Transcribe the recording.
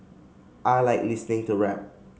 I like listening to rap